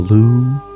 Blue